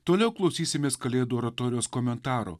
toliau klausysimės kalėdų oratorijos komentaro